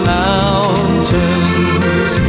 mountains